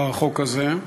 בחוק הזה,